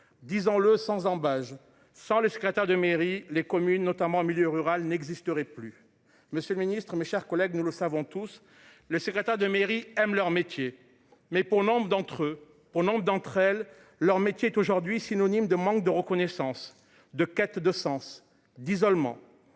disons-le sans ambages, sans le secrétaire de mairie. Les communes notamment en milieu rural n'existerait plus. Monsieur le Ministre, mes chers collègues, nous le savons tous. Le secrétaire de mairie aiment leur métier mais pour nombre d'entre eux pour nombre d'entre elles, leur métier est aujourd'hui synonyme de manque de reconnaissance de quête de sens d'isolement.